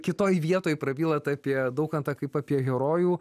kitoj vietoj prabylat apie daukantą kaip apie herojų